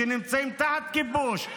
שנמצאים תחת כיבוש,